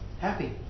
happy